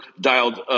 dialed